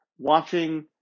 Watching